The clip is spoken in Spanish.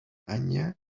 anya